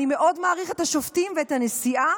אני מאוד מעריך את השופטים ואת הנשיאה,